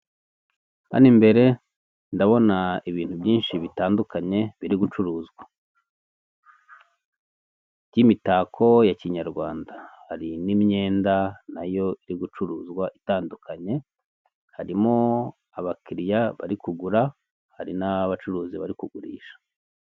Hano imbere ndabona ibintu byinshi bitandukanye birigucuruzwa by'imitako ya kinyarwanda hari n'imyenda nayo irigucuruzwa itandukanye, harimo abakiriya bari kugura hari n'abacuruzi bari kugurisha.